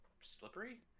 slippery